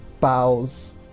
bows